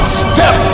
step